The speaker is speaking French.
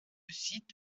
site